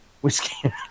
Whiskey